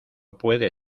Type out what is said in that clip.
puede